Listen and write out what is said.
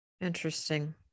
Interesting